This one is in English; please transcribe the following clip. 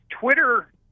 Twitter